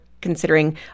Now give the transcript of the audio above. considering